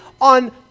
on